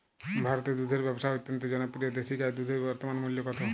ভারতে দুধের ব্যাবসা অত্যন্ত জনপ্রিয় দেশি গাই দুধের বর্তমান মূল্য কত?